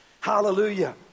Hallelujah